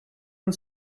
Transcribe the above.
and